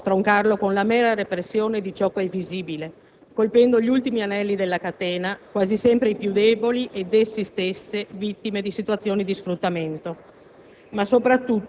Non si può stroncarlo con la mera repressione di ciò che è visibile, colpendo gli ultimi anelli della catena, quasi sempre i più deboli ed essi stessi vittime di situazioni di sfruttamento.